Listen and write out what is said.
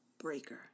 breaker